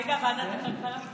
עאידה, ועדת הכלכלה?